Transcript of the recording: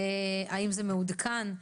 האם זה מעודכן.